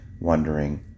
wondering